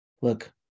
look